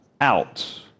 out